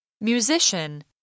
Musician